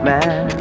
Man